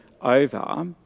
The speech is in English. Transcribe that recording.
over